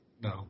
No